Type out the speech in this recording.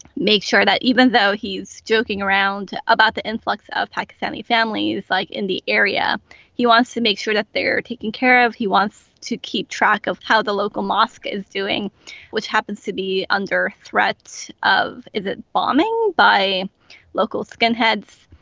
make sure that even though he's joking around about the influx of pakistani families like in the area he wants to make sure that they're taking care of he wants to keep track of how the local mosque is doing which happens to be under threat of that bombing by local skinheads.